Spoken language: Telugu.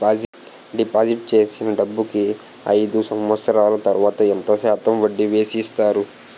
డిపాజిట్ చేసిన డబ్బుకి అయిదు సంవత్సరాల తర్వాత ఎంత శాతం వడ్డీ వేసి ఇస్తారు?